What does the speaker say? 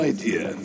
idea